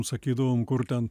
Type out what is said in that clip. sakydavom kur ten